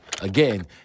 Again